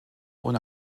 ohne